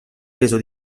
reso